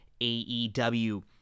AEW